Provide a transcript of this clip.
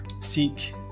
seek